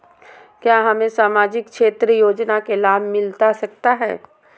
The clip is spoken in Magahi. क्या हमें सामाजिक क्षेत्र योजना के लाभ मिलता सकता है?